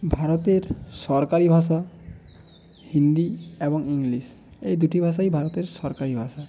ভারতের সরকারি ভাষা হিন্দি এবং ইংলিশ এই দুটি ভাষাই ভারতের সরকারি ভাষা